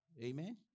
Amen